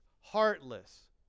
heartless